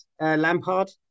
Lampard